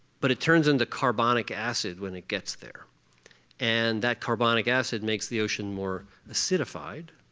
but it turns into carbonic acid when it gets there and that carbonic acid makes the ocean more acidified,